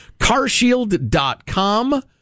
CarShield.com